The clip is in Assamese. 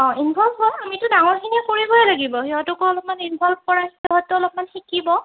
অঁ ইনভল্ভ হয় আমিতো ডাঙৰখিনিয়ে কৰিবই লাগিব সিহঁতকো অলপমান ইনভল্ভ কৰাই সিহঁতো অলপমান শিকিব